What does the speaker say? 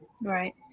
Right